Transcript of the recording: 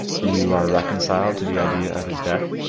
you are reconciled to the idea of his death?